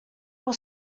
will